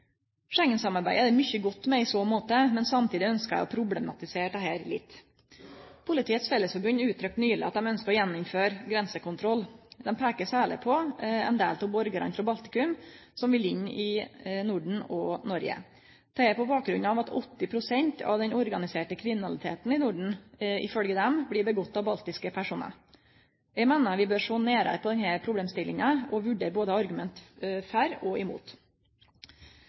er det mykje godt med i så måte, men samstundes ønskjer eg å problematisere dette litt. Politiets Fellesforbund uttrykte nyleg at dei ønskjer å gjeninnføre grensekontroll. Dei peiker særleg på ein del av borgarane frå Baltikum som vil inn i Norden og Noreg, dette på bakgrunn av at 80 pst. av den organiserte kriminaliteten i Norden ifølgje dei blir gjord av baltiske personar. Eg meiner vi bør sjå nærare på denne problemstillinga og vurdere argument både for og imot.